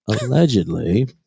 allegedly